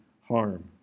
harm